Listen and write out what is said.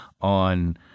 on –